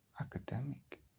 academic